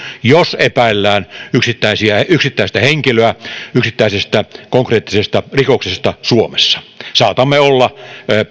jos epäillään yksittäistä henkilöä yksittäisestä konkreettisesta rikoksesta suomessa saatamme olla